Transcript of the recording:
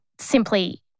simply